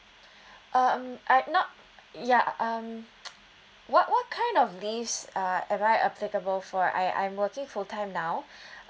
um I not ya um what what kind of leaves are am I applicable for I I'm working full time now